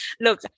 look